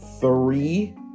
three